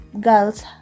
girls